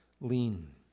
lean